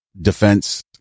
defense